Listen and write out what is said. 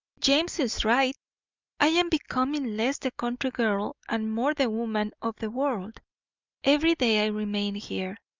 james is right i am becoming less the country girl and more the woman of the world every day i remain here.